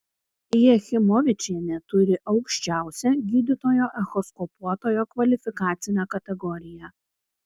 jachimovičienė turi aukščiausią gydytojo echoskopuotojo kvalifikacinę kategoriją